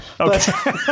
Okay